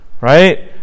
right